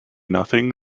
nothing